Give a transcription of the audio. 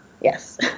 yes